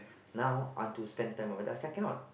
now I want to spend time with the second one